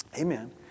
amen